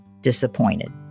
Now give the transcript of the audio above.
disappointed